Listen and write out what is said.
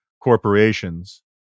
corporations